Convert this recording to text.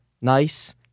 nice